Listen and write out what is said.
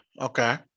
Okay